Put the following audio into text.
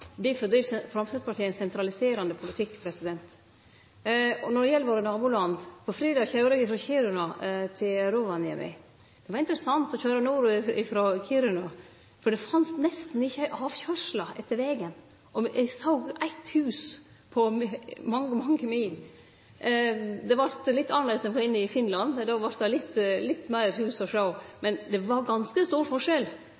difor driv Framstegspartiet ein sentraliserande politikk. Når det gjeld våre naboland, køyrde eg på fredag frå Kiruna til Rovaniemi. Det var interessant å køyre nord frå Kiruna, for det fanst nesten ikkje ei avkøyrsle langs vegen, og eg såg eitt hus på mange, mange mil. Det vart litt annleis då eg for inn i Finland, då vart det litt fleire hus å sjå,